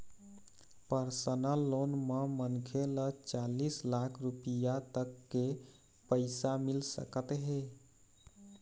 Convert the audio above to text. personal loan म मनखे ल चालीस लाख रूपिया तक के पइसा मिल सकत हे